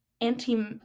anti